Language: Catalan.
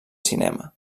cinema